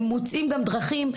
הם מוצאים גם דרכים.